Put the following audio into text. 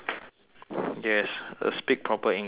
yes the speak proper english movement